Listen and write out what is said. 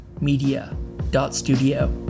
media.studio